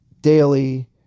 daily